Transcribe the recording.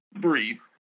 brief